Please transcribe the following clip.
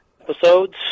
episodes